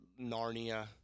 Narnia